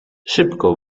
szybko